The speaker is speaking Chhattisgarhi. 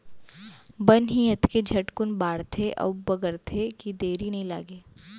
बन ही अतके झटकुन बाढ़थे अउ बगरथे कि देरी नइ लागय